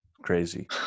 crazy